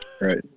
Right